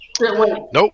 Nope